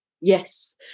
yes